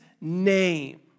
name